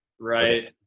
Right